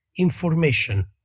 information